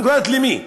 דמוקרטית למי?